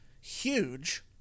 huge